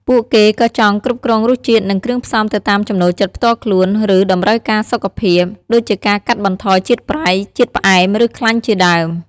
ពួកគេក៏ចង់ គ្រប់គ្រងរសជាតិ និងគ្រឿងផ្សំទៅតាមចំណូលចិត្តផ្ទាល់ខ្លួន ឬតម្រូវការសុខភាព ដូចជាការកាត់បន្ថយជាតិប្រៃ ជាតិផ្អែម ឬខ្លាញ់ជាដើម។